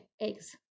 eggs